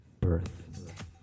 birth